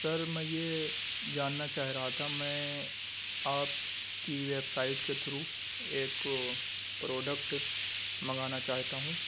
سر میں یہ جاننا چاہ رہا تھا میں آپ کی ویب سائٹ کے تھرو ایک پروڈکٹ منگانا چاہتا ہوں